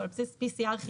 הוא על בסיס PCR חיובי.